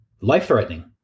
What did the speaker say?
Life-threatening